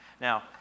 Now